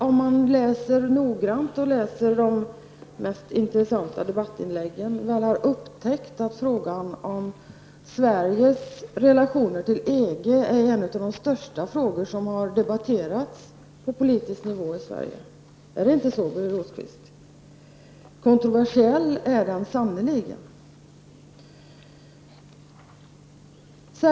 Om han noggrant hade läst de mest intressanta debattinläggen, hade han upptäckt att frågan om Sveriges relationer till EG är en av de största frågor som debatterats på politisk nivå i Sverige. Är det inte så, Birger Rosqvist? Kontroversiell är den sannerligen.